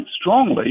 strongly